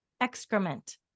excrement